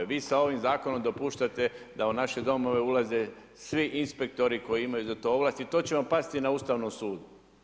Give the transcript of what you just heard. Vi sa ovim Zakonom dopuštate da u naše domove ulaze svi inspektori koji imaju za to ovlasti, to će vam pasti na Ustavnom sudu.